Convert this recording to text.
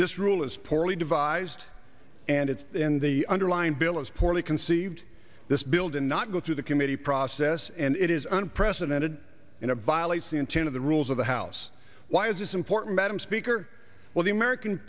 this rule is poorly devised and it's in the underlying bill is poorly conceived this bill did not go through the committee process and it is unprecedented in a violates the intent of the rules of the house why is this important madam speaker well the american